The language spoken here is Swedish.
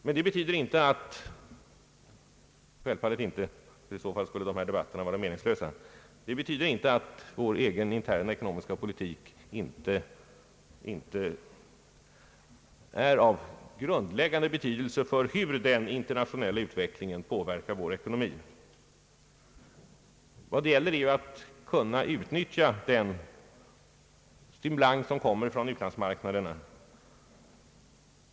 Men det betyder självfallet inte — i så fall skulle dessa debatter vara meningslösa att var egen interna ekonomiska politik inte är av grundläggande betydelse för hur den internationella utvecklingen påverkar vår ekonomi. Det gäller här alt utnyttja den stimulans som kommer från marknaderna utomlands.